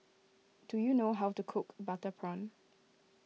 do you know how to cook Butter Prawn